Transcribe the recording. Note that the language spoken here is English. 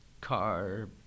Car